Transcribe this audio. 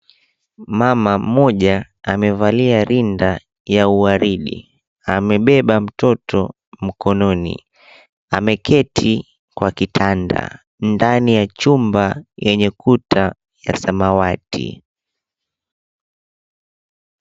Mama mmoja amevalia rinda ya waridi, amebeba mtoto mkononi ameketi kwa kitandi ndani ya chumba yenye kuta ya samawati.